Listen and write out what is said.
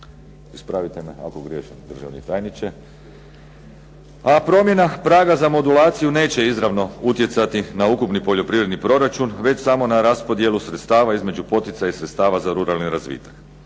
Ispravite me ako griješim državni tajniče. A promjena praga za modulaciju neće izravno utjecati na ukupni poljoprivredni proračun već samo za raspodjelu sredstava između poticaja i sredstava za ruralni razvitak.